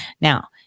Now